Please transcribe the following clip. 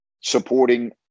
supporting